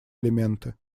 элементы